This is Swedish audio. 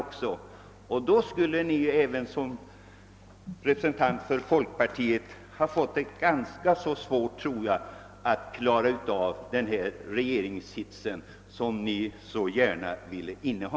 Och då tror jag att även folkpartirepresentanten herr Larsson i Umeå skulle ha fått ganska svårt att klara av den regeringssits som man i folkpartiet så gärna vill inneha.